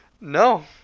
No